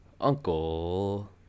Uncle